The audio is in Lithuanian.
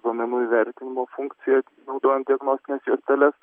duomenų įvertinimo funkcijai naudojant diagnostines juosteles